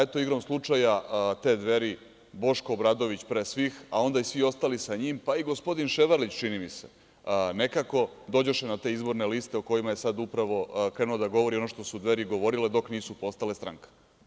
Eto, igrom slučaja, te Dveri, Boško Obradović pre svih, a onda i svi ostali sa njim, pa i gospodin Ševarlić, čini mi se, nekako dođoše na te izborne liste o kojima je sad upravo krenuo da govori ono što su Dveri govorile dok nisu postale stranka.